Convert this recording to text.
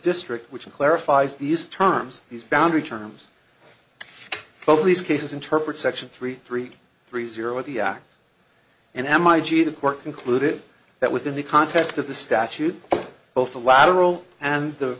district which in clarifies these terms these boundary terms both of these cases interpret section three three three zero at the act and am i g the court concluded that within the context of the statute both the lateral and the